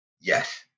Yes